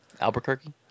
Albuquerque